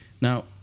Now